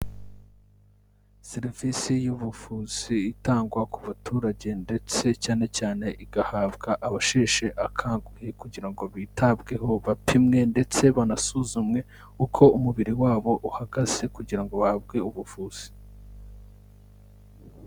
Serivisi y'ubuvuzi itangwa ku baturage ndetse cyane cyane igahabwa abasheshe akanguhe, kugira ngo bitabweho bapimwe ndetse banasuzumwe uko umubiri wabo uhagaze kugira ngo bahabwe ubuvuzi.